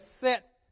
set